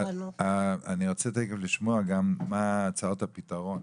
אני רוצה תכף לשמוע גם מה הצעות הפתרון,